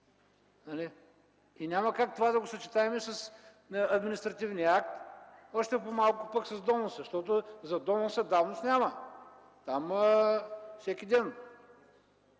и няма как това да го съчетаем с административния акт, още по-малко с доноса, защото за доноса давност няма. Там – всеки ден!